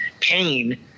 pain